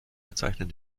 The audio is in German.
bezeichnen